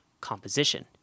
composition